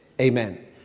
Amen